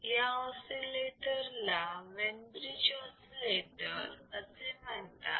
या oscillator Wien bridge oscillator असे म्हणतात